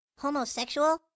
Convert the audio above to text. Homosexual